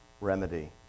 remedy